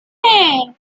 hey